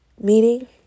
meeting